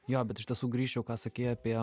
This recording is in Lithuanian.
jo bet iš tiesų grįžčiau ką sakei apie